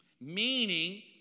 Meaning